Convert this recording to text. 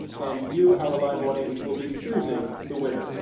and you, our live audience, will be choosing the winner.